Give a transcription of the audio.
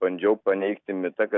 bandžiau paneigti mitą kad